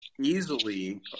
easily